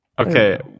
Okay